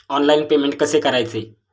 Online payment कसे करायचे?